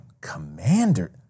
commander